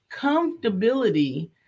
comfortability